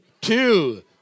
Two